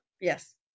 Yes